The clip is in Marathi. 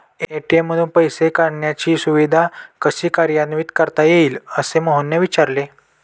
ए.टी.एम मधून कार्डशिवाय पैसे काढण्याची सुविधा कशी काय कार्यान्वित करता येईल, असे मोहनने विचारले